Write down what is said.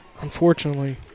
Unfortunately